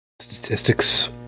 Statistics